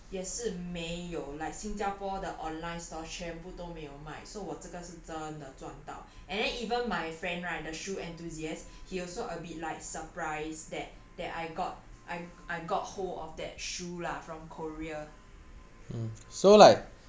uh 我 watching online 找 right 也是没有 like 新加坡的 online store 全部都没有卖 so 我这个是真的赚到 and then even my friend right the shoe enthusiast he also a bit like surprise that that I got I got hold of that shoe lah from korea